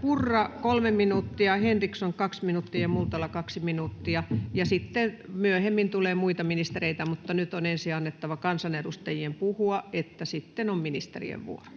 Purra, kolme minuuttia, Henriksson, kaksi minuuttia, ja Multala, kaksi minuuttia, ja sitten myöhemmin tulee muita ministereitä. Mutta nyt on ensin annettava kansanedustajien puhua, sitten on ministerien vuoro.